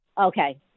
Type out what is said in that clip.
Okay